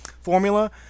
formula